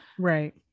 right